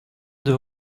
deux